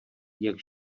jak